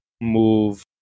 move